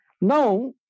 now